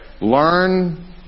learn